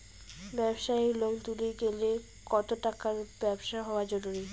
ব্যবসায়িক লোন তুলির গেলে কতো টাকার ব্যবসা হওয়া জরুরি?